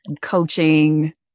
coaching